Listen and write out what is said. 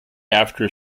after